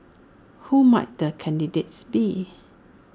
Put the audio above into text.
who might the candidate be